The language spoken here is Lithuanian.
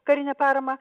karinę paramą